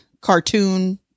cartoon